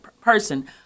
person